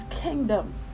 kingdom